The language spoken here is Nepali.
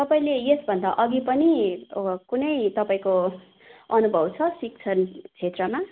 तपाईँले यसभन्दा अघि पनि कुनै तपाईँको अनुभव छ शिक्षण क्षेत्रमा